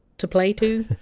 to play to?